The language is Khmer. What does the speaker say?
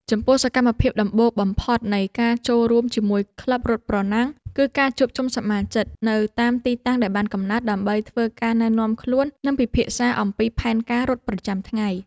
ចំពោះសកម្មភាពដំបូងបំផុតនៃការចូលរួមជាមួយក្លឹបរត់ប្រណាំង គឺការជួបជុំសមាជិកនៅតាមទីតាំងដែលបានកំណត់ ដើម្បីធ្វើការណែនាំខ្លួន និងពិភាក្សាអំពីផែនការរត់ប្រចាំថ្ងៃ។